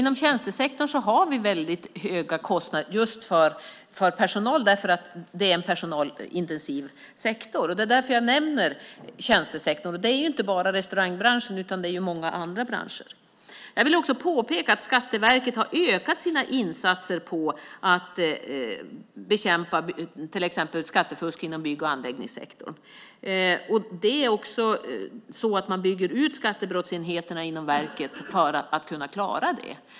Inom tjänstesektorn har vi höga kostnader för personal eftersom det är en personalintensiv sektor. Det är därför jag nämner tjänstesektorn. Det gäller inte bara restaurangbranschen utan även många andra branscher. Jag vill också påpeka att Skatteverket har ökat sina insatser för att bekämpa till exempel skattefusk inom bygg och anläggningssektorn. Man bygger ut skattebrottsenheterna inom verket för att kunna klara det.